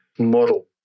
model